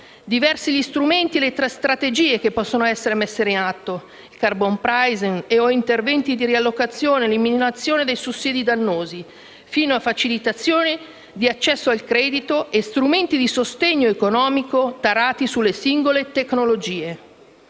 Diversi sono gli strumenti e le strategie che possono essere messi in atto, come il *carbon pricing* o interventi di riallocazione ed eliminazione dei sussidi dannosi, fino a facilitazioni di accesso al credito e strumenti di sostegno economico tarati sulle singole tecnologie.